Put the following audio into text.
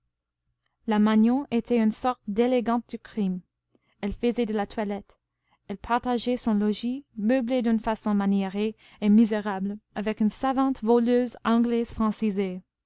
la magnon était une sorte d'élégante du crime elle faisait de la toilette elle partageait son logis meublé d'une façon maniérée et misérable avec une savante voleuse anglaise francisée